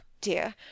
dear